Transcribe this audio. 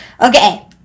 okay